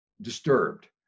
disturbed